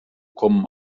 kommen